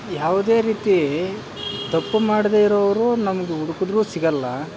ಯಾವುದೇ ರೀತಿ ತಪ್ಪು ಮಾಡದೆ ಇರೋವ್ರು ನಮ್ಮದು ಹುಡುಕಿದ್ರೂ ಸಿಗಲ್ಲ